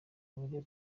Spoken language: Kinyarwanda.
uburyo